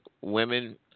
women